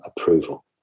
approval